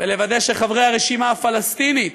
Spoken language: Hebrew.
ולוודא שחברי הרשימה הפלסטינית,